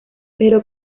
pero